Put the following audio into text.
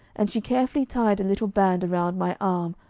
and she carefully tied a little band around my arm,